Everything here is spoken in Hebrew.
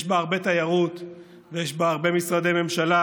יש בה הרבה תיירות, יש בה הרבה משרדי ממשלה.